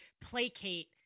placate